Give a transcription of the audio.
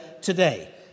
today